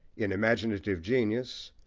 in imaginative genius,